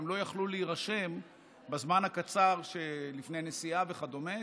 הם גם לא יכלו להירשם בזמן הקצר שלפני נסיעה וכדומה,